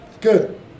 Good